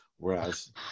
Whereas